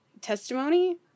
testimony